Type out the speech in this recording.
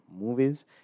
movies